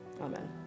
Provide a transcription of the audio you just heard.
Amen